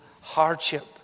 hardship